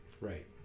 Right